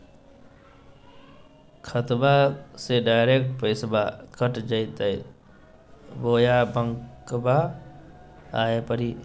खाताबा से डायरेक्ट पैसबा कट जयते बोया बंकबा आए परी?